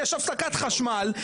יש הפסקת חשמל,